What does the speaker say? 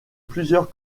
plusieurs